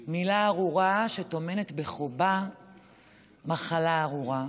מילה ארורה שטומנת בחובה מחלה ארורה,